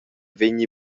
vegni